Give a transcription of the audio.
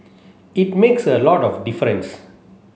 it makes a lot of difference